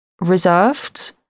reserved